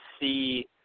see